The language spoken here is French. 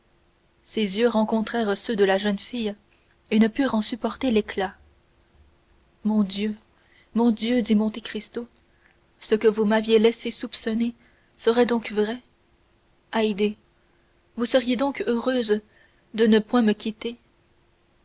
ses yeux rencontrèrent ceux de la jeune fille et ne purent en supporter l'éclat mon dieu mon dieu dit monte cristo ce que vous m'aviez laissé soupçonner serait donc vrai haydée vous seriez donc heureuse de ne point me quitter